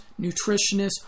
nutritionists